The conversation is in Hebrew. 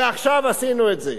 ועכשיו עשינו את זה.